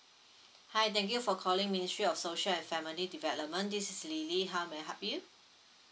hi thank you for calling ministry of social and family development this is lily how may I help you